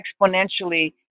exponentially